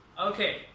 Okay